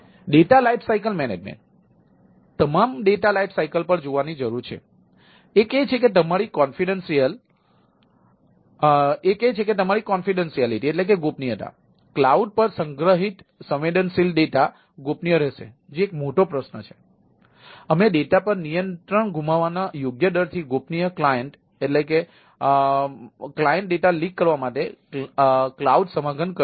data life cycle management data leak કરવા માટે cloud સમાધાન કરીશું